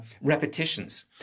repetitions